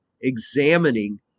examining